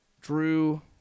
Drew